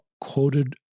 quoted